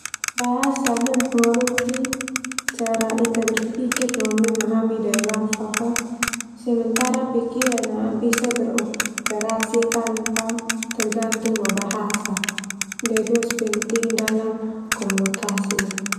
Bahasa mempengaruhi cara ita berpikir no memahami daebafak ka. Sementara pikiran bisa tanpa bergantung no bahasa. penting dalam komunikasi.